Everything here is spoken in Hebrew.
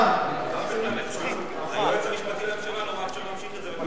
היועץ המשפטי לממשלה אמר שנמשיך את זה בבג"ץ,